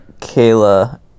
kayla